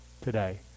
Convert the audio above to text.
today